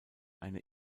eine